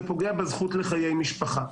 פוגעת בזכות לחיי משפחה.